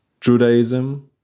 Judaism